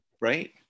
Right